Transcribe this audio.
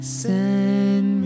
send